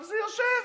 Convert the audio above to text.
זה יושב.